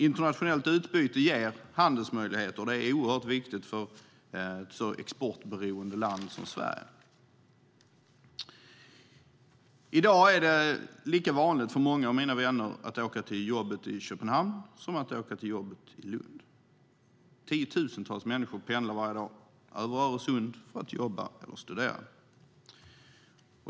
Internationellt utbyte ger handelsmöjligheter, vilket är viktigt för det exportberoende Sverige. I dag är det lika vanligt för många av mina vänner att åka till jobbet i Köpenhamn som att åka till jobbet i Lund. Tiotusentals människor pendlar varje dag över Öresund för att jobba eller studera.